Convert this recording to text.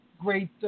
Great